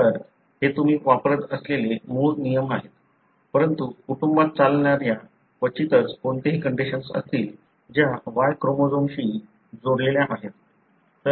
तर हे तुम्ही वापरत असलेले मूळ नियम आहेत परंतु कुटुंबात चालणाऱ्या क्वचितच कोणतेही कंडिशन्स असतील ज्या Y क्रोमोझोमत्राशी जोडलेल्या आहेत